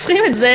הופכים את זה,